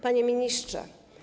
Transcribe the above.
Panie Ministrze!